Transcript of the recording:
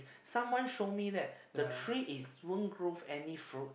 someone show me that the tree is won't grow any fruits